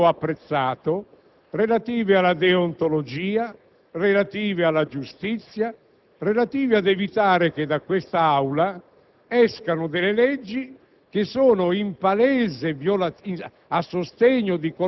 Pertanto, l'Amministrazione della difesa ha dovuto accettare che queste persone, che nel momento in cui per legge dovevano lasciare questi alloggi per consentire ad altri di disporne